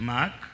Mark